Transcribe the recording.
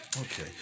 Okay